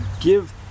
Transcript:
give